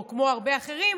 או כמו הרבה אחרים,